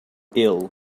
ill